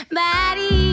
body